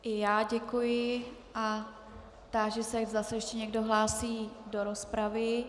I já děkuji a táži se, zda se ještě někdo hlásí do rozpravy.